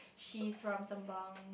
she's from Sembawang